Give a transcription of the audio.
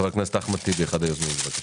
חבר הכנסת אחמד טיבי, אחד היוזמים, בבקשה.